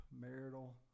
marital